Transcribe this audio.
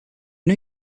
new